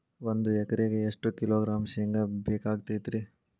ಒಂದು ಎಕರೆಗೆ ಎಷ್ಟು ಕಿಲೋಗ್ರಾಂ ಶೇಂಗಾ ಬೇಕಾಗತೈತ್ರಿ?